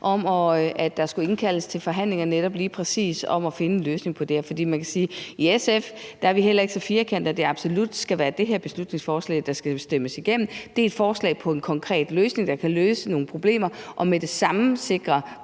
om, at der skulle indkaldes til forhandlinger om lige præcis at finde en løsning på det her. For man kan sige, at vi i SF heller ikke er så firkantede, at det absolut skal være det her beslutningsforslag, der skal stemmes igennem. Det er et forslag til en konkret løsning, der kan løse nogle problemer og med det samme sikre